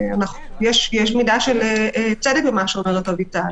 יש מידה של צדק בדברי אביטל.